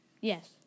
Yes